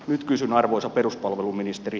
nyt kysyn arvoisa peruspalveluministeri